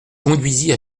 conduisit